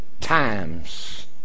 times